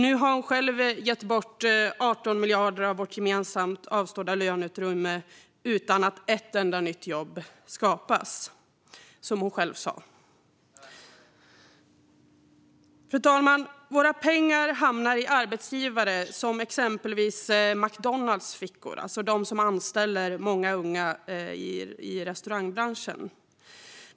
Nu har hon själv gett bort 18 miljarder av vårt gemensamt avstådda löneutrymme utan att ett enda nytt jobb skapas, som hon själv sa. Fru talman! Våra pengar hamnar i fickorna på arbetsgivare som McDonalds, som anställer många unga i restaurangbranschen.